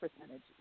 percentage